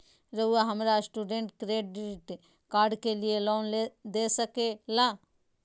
रहुआ हमरा student credit card के लिए लोन दे सके ला?